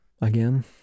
Again